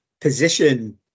position